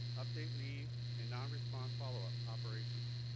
update leave and non response follow-up operations.